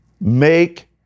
Make